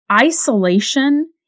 isolation